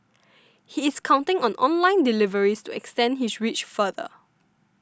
he is counting on online deliveries to extend his reach farther